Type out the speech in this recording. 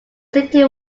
city